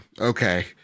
Okay